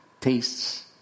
tastes